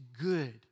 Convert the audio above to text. good